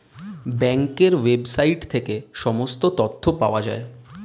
ব্যাঙ্কের ওয়েবসাইট থেকে সমস্ত তথ্য পাওয়া যায়